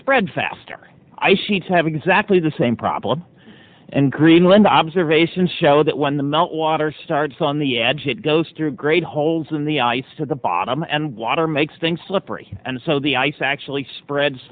spread faster ice sheets have exactly the same problem and greenland observations show that when the melt water starts on the edge it goes through great holes in the ice to the bottom and water makes things slippery and so the ice actually spreads